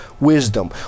wisdom